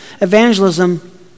evangelism